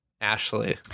Ashley